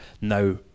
now